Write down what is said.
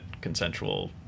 consensual